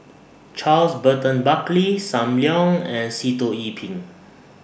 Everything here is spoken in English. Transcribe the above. Charles Burton Buckley SAM Leong and Sitoh Yih Pin